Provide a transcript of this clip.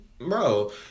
Bro